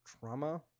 trauma